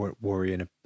worrying